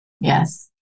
Yes